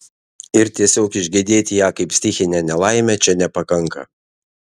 ir tiesiog išgedėti ją kaip stichinę nelaimę čia nepakanka